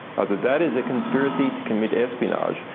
that that is a conspiracy to commit espionage,